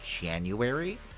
january